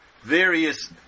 various